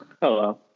Hello